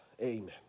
Amen